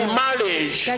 marriage